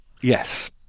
Yes